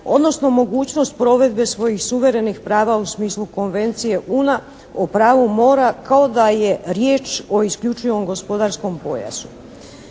odnosno mogućnost provedbe svojih suverenih prava u smislu Konvencije UN-a o pravu mora kao da je riječ o isključivom gospodarskom pojasu.